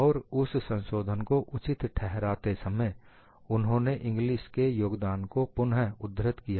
और उस संशोधन को उचित ठहराते समय उन्होंने इंग्लिस के योगदान को पुन उद्धृत किया